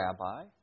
rabbi